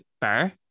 bar